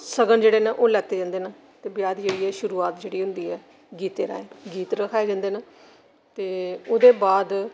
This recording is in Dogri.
सगन जेह्ड़े न ओह् लैते जंदे न ते ब्याह दी जेह्ड़ी ऐ शुरुआत जेह्ड़ी ऐ होंदी ऐ गीतें रांहे गीत रखाए जंदे न ते ओह्दे बाद